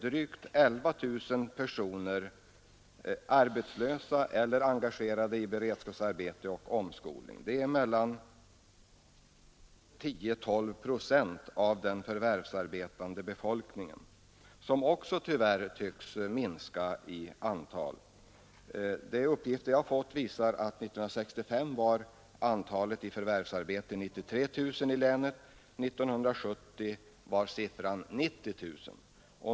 Drygt 11000 personer är arbetslösa eller engagerade i beredskapsarbete och omskolning. Det är mellan 10 och 12 procent av den förvärvsarbetande befolkningen, som också tyvärr tycks minska i antal. De uppgifter jag fått visar att antalet personer i förvärvsarbete år 1965 var 93 000. År 1970 var antalet 90 000.